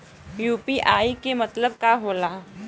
UPI के मतलब का होला?